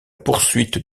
poursuite